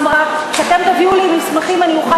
אמרה: כשאתם תביאו לי מסמכים אני אוכל